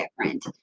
different